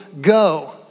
go